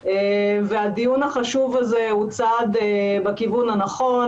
והדיון החשוב הזה הוא צעד בכיוון הנכון,